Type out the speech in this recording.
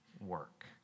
work